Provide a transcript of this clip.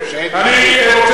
אני רוצה לסיים,